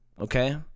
okay